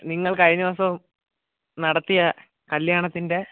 നിങ്ങൾ കഴിഞ്ഞ ദിവസം നടത്തിയ കല്യാണത്തിന്റെ